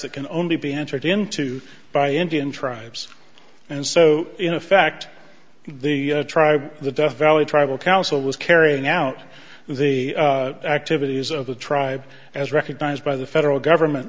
that can only be entered into by indian tribes and so in effect the tribe the death valley tribal council was carrying out the activities of the tribe as recognized by the federal government